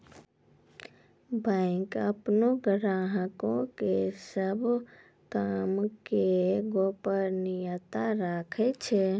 bank अपनो ग्राहको के सभ काम के गोपनीयता राखै छै